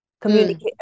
communicate